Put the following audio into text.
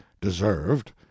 deserved